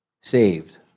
saved